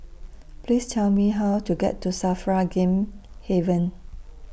Please Tell Me How to get to SAFRA Game Haven